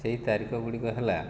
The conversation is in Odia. ସେହି ତାରିଖ ଗୁଡ଼ିକ ହେଲା